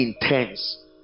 intense